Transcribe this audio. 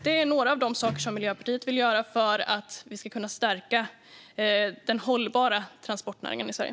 Det är några av de saker som Miljöpartiet vill göra för att stärka den hållbara transportnäringen i Sverige.